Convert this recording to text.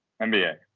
NBA